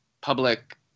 public